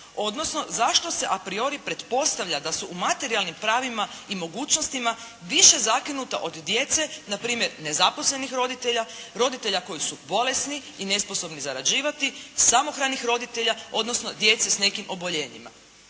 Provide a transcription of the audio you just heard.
odnosno zašto se apriori pretpostavlja da su u materijalnim pravima i mogućnostima više zakinuta od djece npr. nezaposlenih roditelja, roditelja koji su bolesni i nesposobni zarađivati, samohranih roditelja, odnosno djece s nekim oboljenjima.